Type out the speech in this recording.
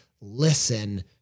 listen